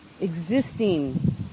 existing